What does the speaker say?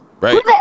right